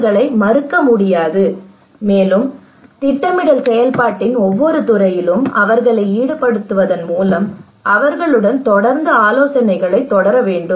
அவர்களை மறக்க முடியாது மேலும் திட்டமிடல் செயல்பாட்டின் ஒவ்வொரு துறையிலும் அவர்களை ஈடுபடுத்துவதன் மூலம் அவர்களுடன் தொடர்ந்து ஆலோசனைகளைத் தொடர வேண்டும்